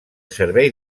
servei